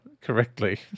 correctly